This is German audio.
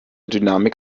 dynamik